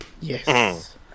Yes